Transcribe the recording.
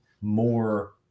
more